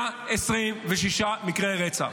126 מקרי רצח.